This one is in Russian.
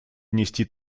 внести